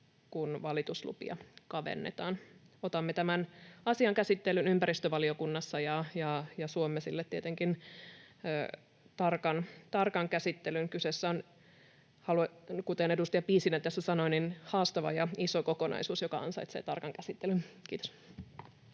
kun valituslupia kavennetaan. Otamme tämän asian käsittelyyn ympäristövaliokunnassa ja suomme sille tietenkin tarkan käsittelyn. Kyseessä on, kuten edustaja Piisinen tässä sanoi, haastava ja iso kokonaisuus, joka ansaitsee tarkan käsittelyn. — Kiitos.